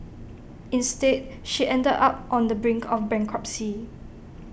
instead she ended up on the brink of bankruptcy